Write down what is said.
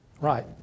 Right